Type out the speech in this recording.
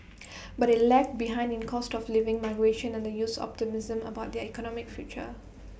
but IT lagged behind in cost of living migration and the youth's optimism about their economic future